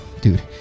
dude